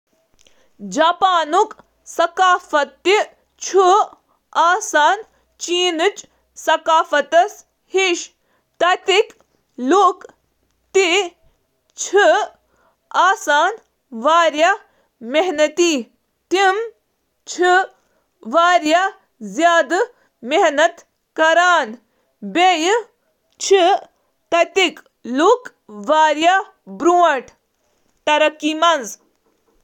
Japan چُھ اکھ conformist معاشرٕ یتہٕ ہم آہنگی، باہمی احترام تہٕ گروپ اتفاق رائے ہنٛز قدر چِھ یوان کرنہٕ۔ باقی اقدار ییتھ کیٛن زن اجتماعیت، محنت تہٕ تنازعہٕ سۭتۍ بچن چِھ دراصل سمأجی ہم آہنگی ہنٛز ضرورتک نتیجہٕ۔ جاپانی مذہبُک تہٕ چُھ عام جاپانی اقدارس پیٹھ اثر و رسوخ۔